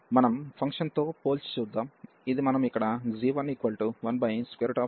మనం ఫంక్షన్తో పోల్చి చూద్దాం ఇది మనం ఇక్కడ g11x 1 తీసుకున్నాము